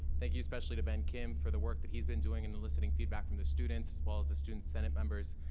thank you, especially to ben kim for the work that he's been doing in eliciting feedback from the students, as well as the student senate members.